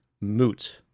moot